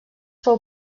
fou